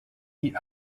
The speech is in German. die